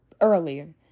earlier